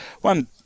one